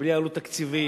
ובלי עלות תקציבית,